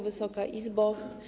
Wysoka Izbo!